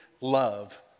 love